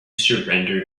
surrender